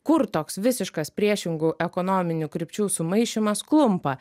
kur toks visiškas priešingų ekonominių krypčių sumaišymas klumpa